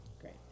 Great